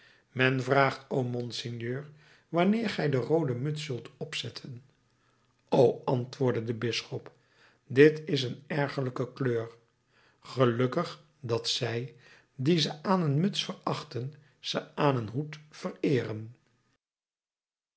men vraagt monseigneur wanneer gij de roode muts zult opzetten o antwoordde de bisschop dit is een ergerlijke kleur gelukkig dat zij die ze aan een muts verachten ze aan een hoed vereeren